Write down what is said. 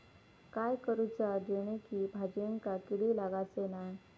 काय करूचा जेणेकी भाजायेंका किडे लागाचे नाय?